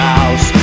House